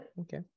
Okay